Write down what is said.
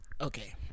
Okay